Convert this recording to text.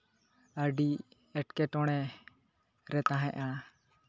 ᱟᱹᱰᱤ ᱮᱸᱠᱮᱴᱚᱬᱮ ᱨᱮ ᱛᱟᱦᱮᱸᱜᱼᱟ